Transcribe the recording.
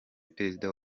perezida